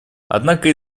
однако